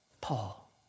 Paul